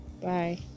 Bye